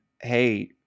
hey